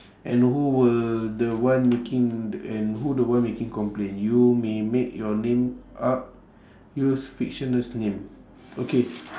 and who were the one making and who the one making complaint you may make your name up use fictitious name okay